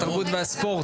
התרבות והספורט,